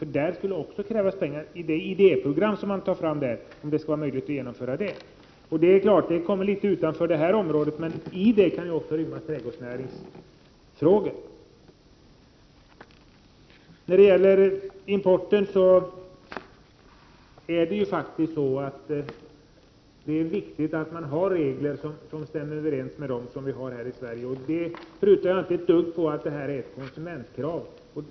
Här kommer det också att krävas pengar för att det skall vara möjligt att förverkliga det idéprogram som tas fram. Det är klart att denna fråga ligger litet utanför det aktuella området. Men här kan också inrymmas trädgårdsnäringsfrågor. När det gäller importen är det faktiskt viktigt att reglerna stämmer överens med de regler som gäller här i Sverige. Jag tvivlar inte ett dugg på att det här är fråga om ett konsumentkrav.